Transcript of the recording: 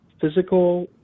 physical